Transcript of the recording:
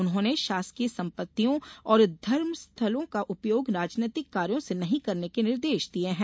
उन्होंने शासकीय संपत्तियों और धर्म स्थनों का उपयोग राजनैतिक कार्यो से नही करने के निर्देश दिये है